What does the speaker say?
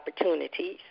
opportunities